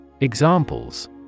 Examples